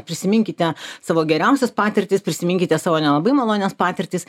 prisiminkite savo geriausias patirtis prisiminkite savo nelabai malonias patirtis